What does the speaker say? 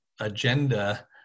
agenda